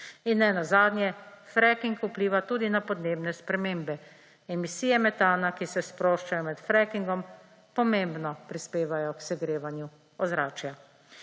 In nenazadnje fracking vpliva tudi na podnebne spremembe. Emisije metana, ki se sproščajo med frackingom, pomembno prispevajo k segrevanju ozračja.